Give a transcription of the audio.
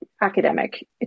academic